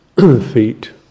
feet